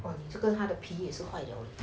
我就跟他的皮也是坏了